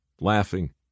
laughing